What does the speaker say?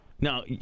Now